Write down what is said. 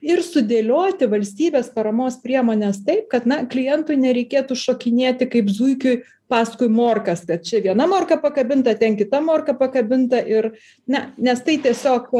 ir sudėlioti valstybės paramos priemones taip kad na klientui nereikėtų šokinėti kaip zuikiui paskui morkas kad čia viena morka pakabinta ten kita morka pakabinta ir ne nes tai tiesiog